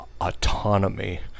autonomy